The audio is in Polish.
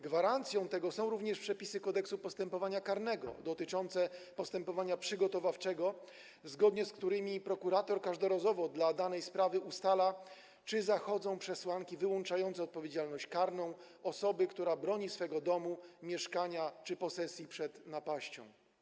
Gwarancją tego są również przepisy Kodeksu postępowania karnego dotyczące postępowania przygotowawczego, zgodnie z którymi prokurator każdorazowo dla danej sprawy ustala, czy zachodzą przesłanki wyłączające odpowiedzialność karną osoby, która broni swego domu, mieszkania czy posesji przed napaścią.